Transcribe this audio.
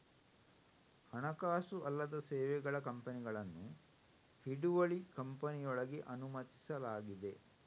ಹಣಕಾಸು ಅಲ್ಲದ ಸೇವೆಗಳ ಕಂಪನಿಗಳನ್ನು ಹಿಡುವಳಿ ಕಂಪನಿಯೊಳಗೆ ಅನುಮತಿಸಲಾಗಿದೆ